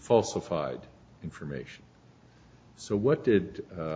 falsified information so what did a